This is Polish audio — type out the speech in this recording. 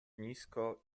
nisko